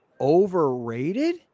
Overrated